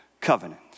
covenant